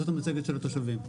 זאת המצגת של התושבים.